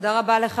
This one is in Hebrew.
תודה רבה לך.